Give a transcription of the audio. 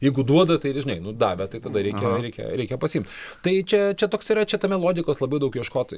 jeigu duoda tai ir žinai nu davė tai tada reikia reikia reikia pasiimt tai čia čia toks yra čia tame logikos labai daug ieškot